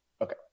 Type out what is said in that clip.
Okay